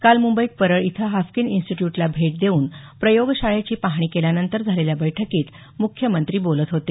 काल मुंबईत परळ इथं हाफकिन इन्स्टिट्यूटला भेट देऊन प्रयोगशाळेची पाहणी केल्यानंतर झालेल्या बैठकीत मुख्यमंत्री बोलत होते